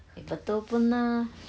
eh betul pun lah